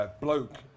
bloke